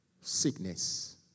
sickness